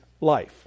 life